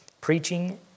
preaching